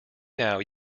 now